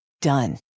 Done